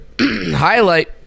Highlight